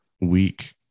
week